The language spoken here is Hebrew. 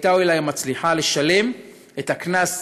והיא הייתה אולי מצליחה לשלם את הקנס,